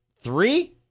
three